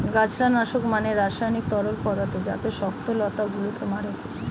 গাছড়া নাশক মানে রাসায়নিক তরল পদার্থ যাতে শক্ত লতা গুলোকে মারে